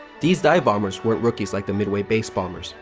these dive-bombers weren't rookies like the midway-based bombers.